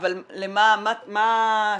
השיחות,